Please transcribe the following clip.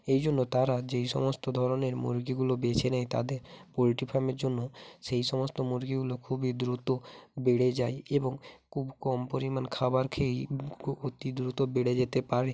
এই জন্য তারা যেই সমস্ত ধরনের মুরগিগুলো বেছে নেয় তাদের পোলট্রি ফার্মের জন্য সেই সমস্ত মুরগিগুলো খুবই দ্রুত বেড়ে যায় এবং খুব কম পরিমাণ খাবার খেয়েই অতি দ্রুত বেড়ে যেতে পারে